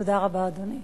תודה רבה, אדוני.